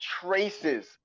traces